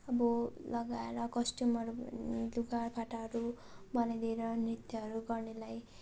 अब लगाएर कस्ट्युमहरू लुगाफाटाहरू बनाइदिएर नृत्यहरू गर्नेलाई